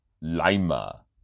Lima